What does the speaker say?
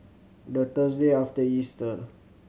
the Thursday after Easter